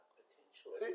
potentially